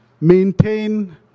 Maintain